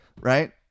right